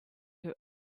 who